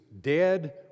dead